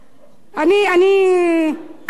אני, כבר, אדוני, ממש שנייה.